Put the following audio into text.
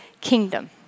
kingdom